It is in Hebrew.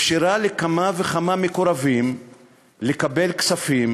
היא אפשרה לכמה וכמה מקורבים לקבל כספים